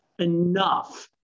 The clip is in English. enough